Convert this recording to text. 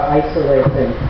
isolating